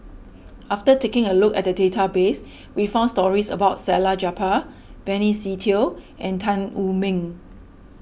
after taking a look at the database we found stories about Salleh Japar Benny Se Teo and Tan Wu Meng